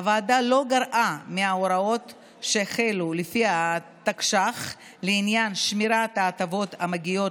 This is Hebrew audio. הוועדה לא גרעה מההוראות שחלו לפי התקש"ח לעניין שמירת ההטבות המגיעות